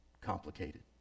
complicated